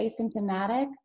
asymptomatic